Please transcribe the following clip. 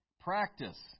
practice